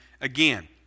again